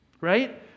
right